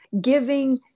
giving